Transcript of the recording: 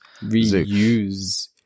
reuse